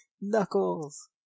Knuckles